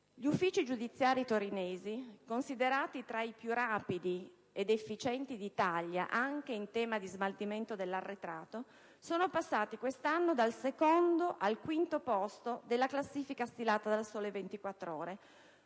Gli uffici giudiziari torinesi, considerati tra i più rapidi ed efficienti d'Italia anche in tema di smaltimento dell'arretrato, sono passati quest'anno dal secondo al quinto posto nella classifica stilata dal quotidiano